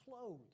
clothes